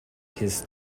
his